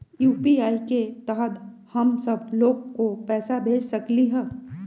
UPI के तहद हम सब लोग को पैसा भेज सकली ह?